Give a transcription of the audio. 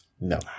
No